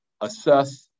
assess